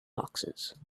boxes